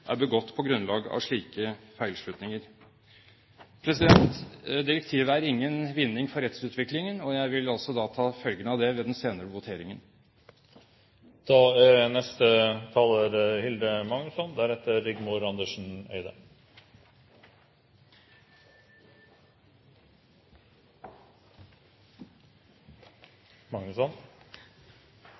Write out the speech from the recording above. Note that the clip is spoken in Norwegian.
er begått på grunnlag av slike feilslutninger. Direktivet er ingen vinning for rettsutviklingen, og jeg vil da også ta følgen av det ved den senere voteringen.